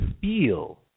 feel